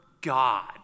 God